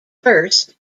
first